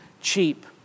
cheap